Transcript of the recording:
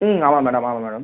ம் ஆமாம் மேடம் ஆமாம் மேடம்